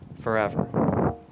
forever